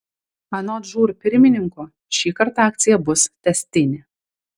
anot žūr pirmininko šįkart akcija bus tęstinė